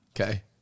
okay